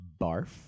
barf